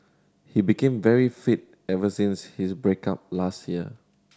he became very fit ever since his break up last year